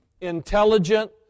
intelligent